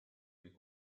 või